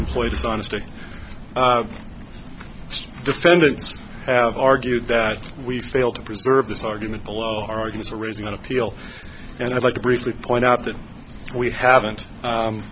employ dishonesty defendants have argued that we failed to preserve this argument below argues for raising an appeal and i'd like to briefly point out that we haven't